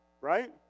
right